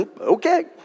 Okay